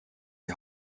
die